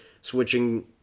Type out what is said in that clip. switching